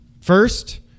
First